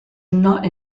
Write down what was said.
not